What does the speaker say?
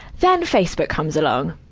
then facebook comes along.